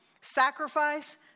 sacrifice